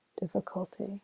difficulty